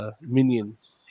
minions